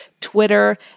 Twitter